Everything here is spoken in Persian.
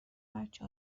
بچه